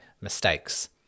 mistakes